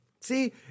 See